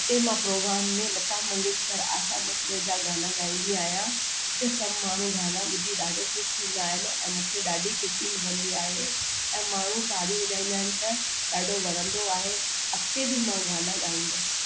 हुते मां प्रोग्राम में लता मंगेश्कर आशा भोसले जा गाना ॻाईंदी आहियां हुते सभु माण्हू गाना ॿुधी ॾाढो ख़ुशि थींदा आहिनि ऐं मूंखे ॾढी ख़ुशी मिलंदी आहे ऐं माण्हू ताड़ी वॼाईंदा आहिनि त ॾाढो वणंदो आहे अॻिते बि मां गाना ॻाईंदसि